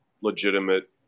legitimate